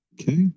okay